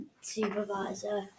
supervisor